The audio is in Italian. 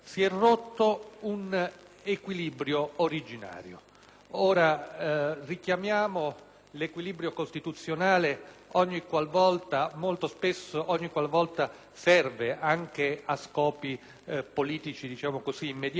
equilibrio originario. Richiamiamo l'equilibrio costituzionale ogni qualvolta ciò serva anche a scopi politici immediati e spesso a sproposito.